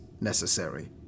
necessary